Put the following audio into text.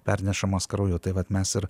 pernešamos krauju tai vat mes ir